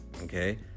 okay